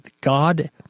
God